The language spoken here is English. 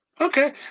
Okay